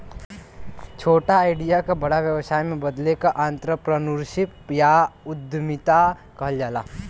छोटा आईडिया क बड़ा व्यवसाय में बदले क आंत्रप्रनूरशिप या उद्दमिता कहल जाला